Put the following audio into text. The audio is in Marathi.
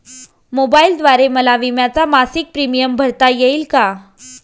मोबाईलद्वारे मला विम्याचा मासिक प्रीमियम भरता येईल का?